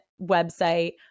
website